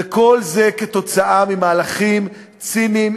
וכל זה תוצאה של מהלכים ציניים,